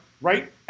Right